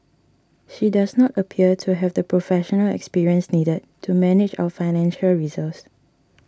she does not appear to have the professional experience needed to manage our financial reserves